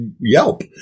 Yelp